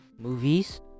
movies